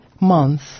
month